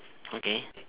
okay